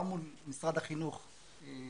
גם מול משרד החינוך.